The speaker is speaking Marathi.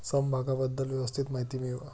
समभागाबद्दल व्यवस्थित माहिती मिळवा